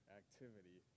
activity